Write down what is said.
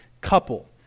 couple